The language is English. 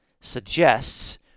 suggests